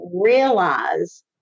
realize